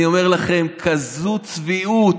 אני אומר לכם, כזאת צביעות,